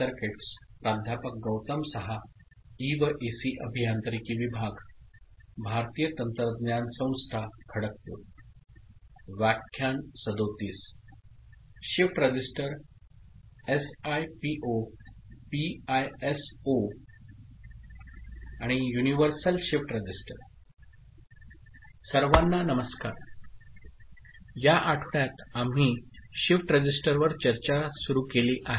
सर्वांना नमस्कार या आठवड्यात आम्ही शिफ्ट रजिस्टरवर चर्चा सुरू केली आहे